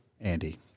Andy